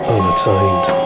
Unattained